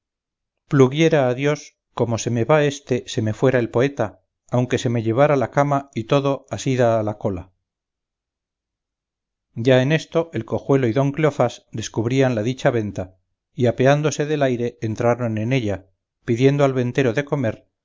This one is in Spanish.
pluguiera a dios como se me va éste se me fuera el poeta aunque se me llevara la cama y todo asida a la cola ya en esto el cojuelo y don cleofás descubrían la dicha venta y apeándose del aire entraron en ella pidiendo al ventero de comer